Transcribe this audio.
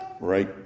right